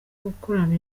gukorana